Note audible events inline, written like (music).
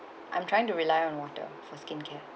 I'm trying to rely on water for skincare yes (breath)